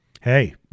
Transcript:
hey